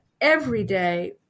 everyday